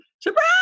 Surprise